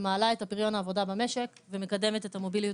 מעלה את פריון העבודה במשק ומקדמת את המוביליות